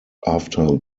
after